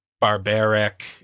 barbaric